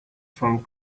from